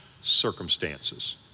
circumstances